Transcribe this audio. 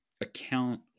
account